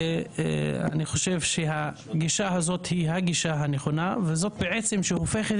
אני חושב שהגישה הזאת היא הגישה הנכונה וזאת בעצם שהופכת